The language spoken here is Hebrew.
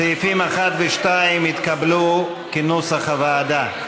סעיפים 1 ו-2 התקבלו כנוסח הוועדה.